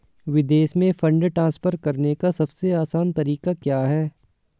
विदेश में fund transfer करने का सबसे आसान तरीका क्या है?